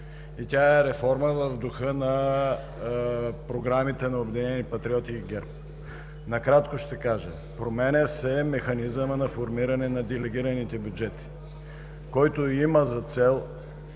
Тя е реформа в духа на програмите на Обединените патриоти и ГЕРБ. Накратко ще кажа: променя се механизмът на формиране на делегираните бюджети, който има за цел,